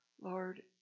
Lord